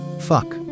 Fuck